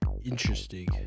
Interesting